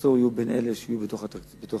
חצור תהיה בין אלה שיהיו בתוך המסגרת.